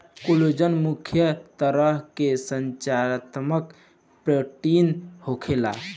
collagen मुख्य तरह के संरचनात्मक प्रोटीन होखेला